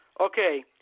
Okay